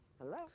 Hello